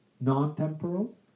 non-temporal